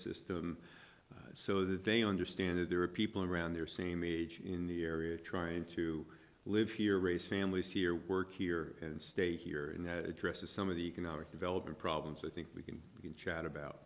ecosystem so that they understand that there are people around their same age in the area trying to live here raise families here work here and stay here in that addresses some of the economic development problems i think we can chat about